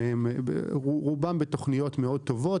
רובם בתוכניות מאוד טובות.